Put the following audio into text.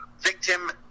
victim